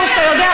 כמו שאתה יודע,